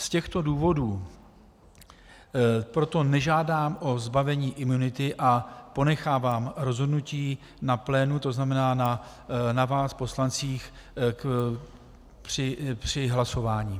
Z těchto důvodů proto nežádám o zbavení imunity a ponechávám rozhodnutí na plénu, to znamená na vás poslancích při hlasování.